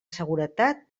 seguretat